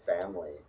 family